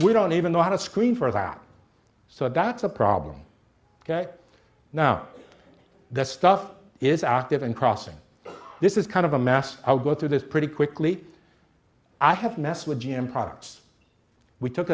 we don't even know how to screen for that so that's a problem ok now that stuff is active and crossing this is kind of a mask i'll go through this pretty quickly i have messed with g m products we took